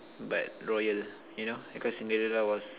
but royal you know because Cinderella was